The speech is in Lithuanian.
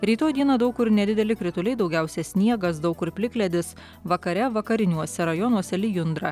rytoj dieną daug kur nedideli krituliai daugiausia sniegas daug kur plikledis vakare vakariniuose rajonuose lijundra